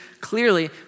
clearly